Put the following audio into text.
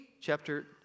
chapter